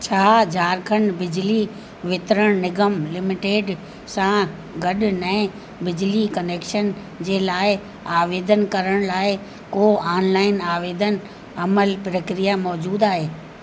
छा झारखंड बिजली वितरण निगम लिमिटेड सां गॾु नए बिजली कनेक्शन जे लाइ आवेदन करण लाइ को आनलाइन आवेदन अमल प्रक्रिया मौजूद आहे